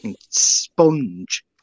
sponge